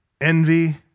envy